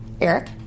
Eric